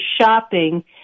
shopping